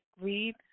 read